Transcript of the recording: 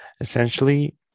Essentially